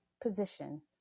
position